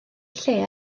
lle